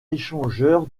échangeur